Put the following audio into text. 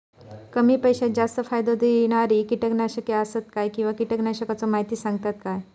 कमी पैशात जास्त फायदो दिणारी किटकनाशके आसत काय किंवा कीटकनाशकाचो माहिती सांगतात काय?